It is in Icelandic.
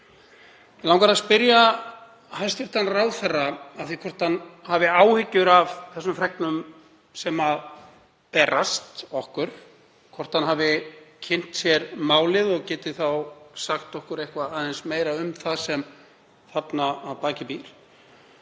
Mig langar að spyrja hæstv. ráðherra að því hvort hann hafi áhyggjur af þessum fregnum sem berast okkur, hvort hann hafi kynnt sér málið og geti þá sagt okkur aðeins meira um það sem býr þarna að baki,